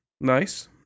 Nice